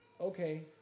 okay